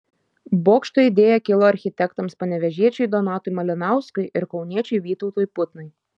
bokšto idėja kilo architektams panevėžiečiui donatui malinauskui ir kauniečiui vytautui putnai